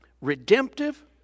redemptive